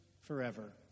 forever